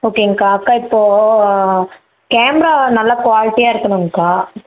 ஓகேங்க்கா அக்கா இப்போது கேமரா நல்லா குவாலிட்டியாக இருக்கணுங்க்கா